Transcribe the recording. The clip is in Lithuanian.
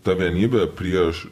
ta vienybė prieš